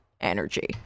energy